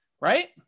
right